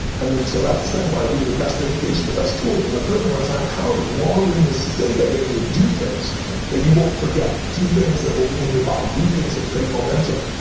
and so then so that's the second part. i give you the best education, the best tools. and the third one is i empower you. while you're in this state, i get you to do things that you won't forget. two things that will be in your body, do things that create momentum.